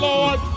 Lord